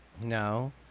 No